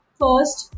first